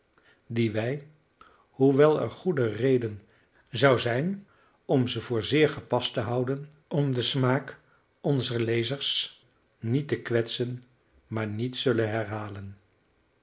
die wij hoewel er goede reden zou zijn om ze voor zeer gepast te houden om den smaak onzer lezers niet te kwetsen maar niet zullen herhalen